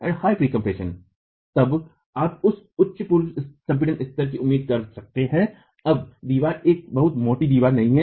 अब आप एक उच्च पूर्व संपीडन स्तर की उम्मीद कर सकते हैं अगर दीवार एक बहुत मोटी दीवार नहीं है